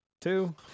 Two